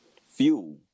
fuel